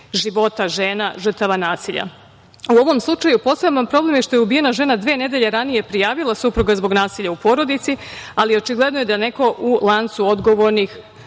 života žena, žrtava nasilja.U ovom slučaju, poseban problem je što je ubijena žena dve nedelje ranije prijavila supruga zbog nasilja u porodici, ali, očigledno je da je neko u lancu odgovornih